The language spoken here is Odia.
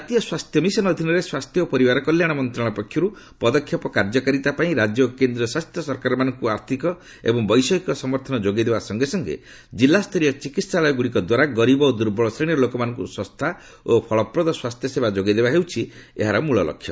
କାତୀୟ ସ୍ୱାସ୍ଥ୍ୟ ମିଶନ୍ ଅଧୀନରେ ସ୍ୱାସ୍ଥ୍ୟ ଓ ପରିବାର କଲ୍ୟାଣ ମନ୍ତ୍ରଣାଳୟ ପକ୍ଷରୁ ପଦକ୍ଷେପ କାର୍ଯ୍ୟକାରୀତା ପାଇଁ ରାଜ୍ୟ ଓ କେନ୍ଦ୍ର ଶାସିତ ସରକାରମାନଙ୍କୁ ଆର୍ଥିକ ଓ ବୈଷୟିକ ସମର୍ଥନ ଯୋଗାଇ ଦେବା ସଙ୍ଗେ ସଙ୍ଗେ ଜିଲ୍ଲା ସ୍ତରୀୟ ଚିକିତ୍ସାଳୟ ଗୁଡ଼ିକ ଦ୍ୱାରା ଗରିବ ଓ ଦୁର୍ବଳ ଶ୍ରେଣୀର ଲୋକମାନଙ୍କୁ ଶସ୍ତା ଓ ଫଳପ୍ରଦ ସ୍ୱାସ୍ଥ୍ୟସେବା ଯୋଗାଇଦେବା ହେଉଛି ମୂଳ ଲକ୍ଷ୍ୟ